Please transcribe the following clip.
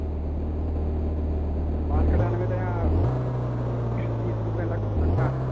बाल कटाने में तो यहाँ तीस रुपये लग लगता है